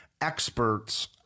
experts